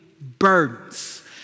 burdens